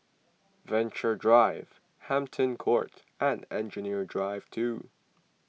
Venture Drive Hampton Court and Engineering Drive two